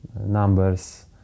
numbers